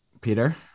Peter